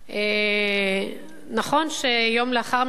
נכון שיום לאחר מכן